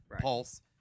Pulse